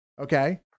Okay